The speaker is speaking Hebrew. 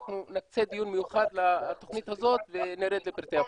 אנחנו נקצה דיון מיוחד לתוכנית הזאת ונרד לפרטי הפרטים.